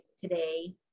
today